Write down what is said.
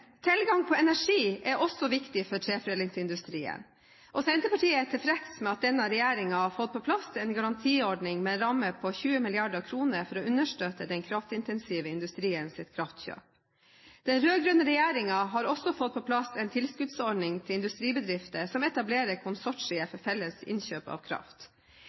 Tilgang på energi er også viktig for treforedlingsindustrien. Senterpartiet er tilfreds med at denne regjeringen har fått på plass en garantiordning med rammer på 20 mrd. kr for å understøtte den kraftintensive industriens kraftkjøp. Den rød-grønne regjeringen har også fått på plass en tilskuddsordning for industribedrifter som etablerer konsortier for felles innkjøp av kraft.